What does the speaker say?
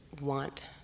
want